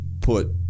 put